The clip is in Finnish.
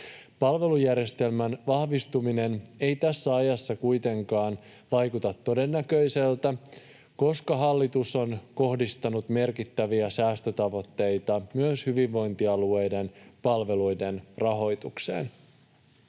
Palvelujärjestelmän vahvistuminen ei tässä ajassa kuitenkaan vaikuta todennäköiseltä, koska hallitus on kohdistanut merkittäviä säästötavoitteita myös hyvinvointialueiden palveluiden rahoitukseen.